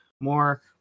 more